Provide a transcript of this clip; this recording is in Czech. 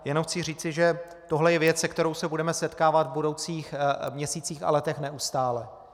Jenom chci říci, že tohle je věc, se kterou se budeme setkávat v budoucích měsících a letech neustále.